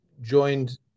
joined